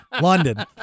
London